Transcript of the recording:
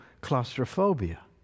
claustrophobia